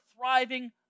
thriving